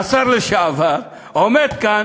השר לשעבר, עומד כאן